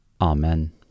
amen